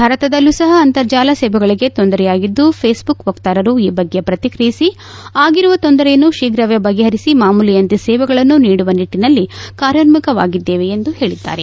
ಭಾರತದಲ್ಲೂ ಸಹ ಅಂತರ್ಜಾಲ ಸೇವೆಗಳಿಗೆ ತೊಂದರೆಯಾಗಿದ್ದು ಫೇಸ್ಬುಕ್ ವಕ್ತಾರರು ಈ ಬಗ್ಗೆ ಪ್ರತಿಕ್ರಿಯಿಸಿ ಆಗಿರುವ ತೊಂದರೆಯನ್ನು ಶೀಫ್ರವೇ ಬಗೆಹರಿಸಿ ಮಾಮೂಲಿಯಂತೆ ಸೇವೆಗಳನ್ನು ನೀಡುವ ನಿಟ್ಟಿನಲ್ಲಿ ಕಾರ್ಯೋನ್ಮುಖವಾಗಿದ್ದೇವೆ ಎಂದು ಹೇಳಿದ್ದಾರೆ